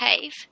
cave